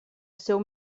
seu